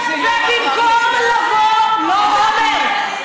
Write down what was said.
ובמקום לבוא, לא, עמר.